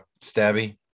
Stabby